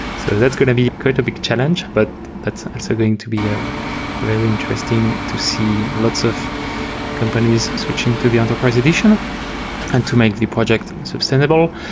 so that's going to be quite a big challenge, but that's so going to be a very interesting to see lots of companies switching to the enterprise edition and to make the project sustainable.